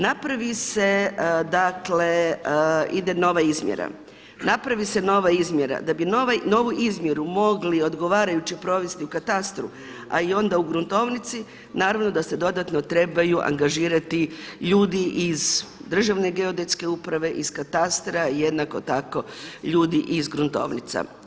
Naravi se, dakle ide nova izmjera, napravi se nova izmjera, da bi novu izmjeru mogli odgovarajuće provesti u katastru a i onda u gruntovnici naravno da se dodatno trebaju angažirati ljudi iz Državne geodetske uprave, iz katastra i jednako tako ljudi iz gruntovnica.